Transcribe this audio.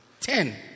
Ten